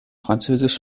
französisch